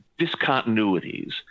discontinuities